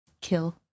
Kill